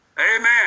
Amen